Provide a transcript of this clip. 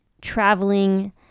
traveling